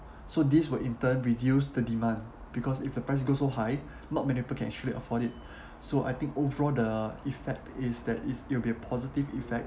so this would in turn reduce the demand because if the price go so high not many people can actually afford it so I think overall the effect is that it's it will be a positive effect